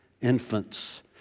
infants